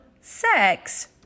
sex